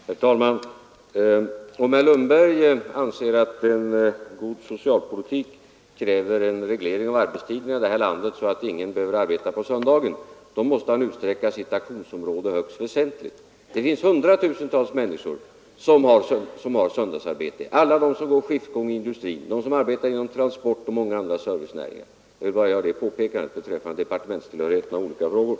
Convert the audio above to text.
Herr talman! Herr Lundberg anser att en god socialpolitik kräver en reglering av arbetstiden i det här landet, så att ingen behöver arbeta på söndagen. Då måste han utsträcka sitt aktionsområde högst väsentligt. Det finns hundratusentals människor som har söndagsarbete: de som går skiftgång i industrin, de som arbetar inom transportoch andra servicenäringar och så vidare. Jag vill bara göra det påpekandet beträffande departementstillhörigheten av olika frågor.